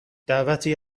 دعوتی